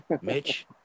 Mitch